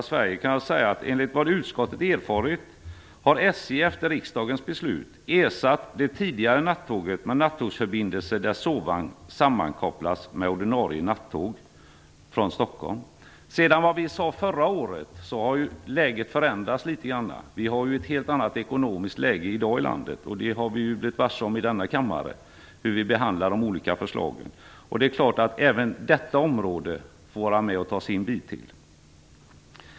Sverige kan jag säga att SJ, enligt vad utskottet har erfarit, efter riksdagens beslut har ersatt det tidigare nattåget med en nattågsförbindelse där sovvagn sammankopplas med ordinarie nattåg från Stockholm. Sedan förra året har läget förändrats litet grand. Vi har ett helt annat ekonomiskt läge. Det har vi blivit varse om i denna kammare när vi har behandlat de olika förslagen. Det är klart att även detta område får vara med och ta sin del.